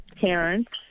parents